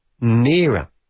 nearer